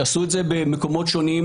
עשו את זה במקומות שונים,